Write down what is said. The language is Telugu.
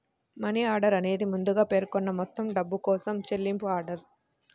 మనీ ఆర్డర్ అనేది ముందుగా పేర్కొన్న మొత్తం డబ్బు కోసం చెల్లింపు ఆర్డర్